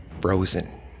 frozen